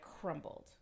crumbled